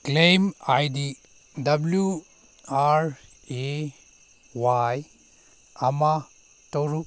claim I D W R A Y ꯑꯃ ꯇꯔꯨꯛ